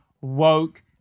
woke